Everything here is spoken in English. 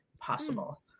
possible